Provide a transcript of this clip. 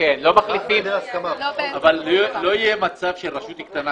אבל לא יהיה מצב שרשות קטנה